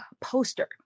poster